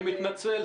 אני מתנצל.